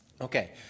Okay